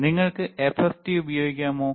നിങ്ങൾക്ക് FFT ഉപയോഗിക്കാമോ